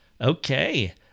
Okay